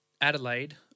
Adelaide